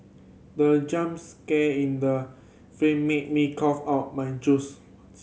the jump scare in the film made me cough out my juice